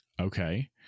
Okay